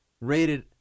rated